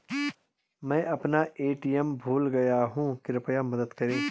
मैं अपना ए.टी.एम भूल गया हूँ, कृपया मदद करें